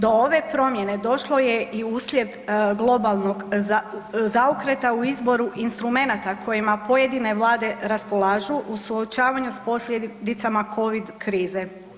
Do ove promjene došlo je i uslijed globalnog zaokreta u izboru instrumenata kojima pojedine vlade raspolažu u suočavanju sa posljedicama covid krize.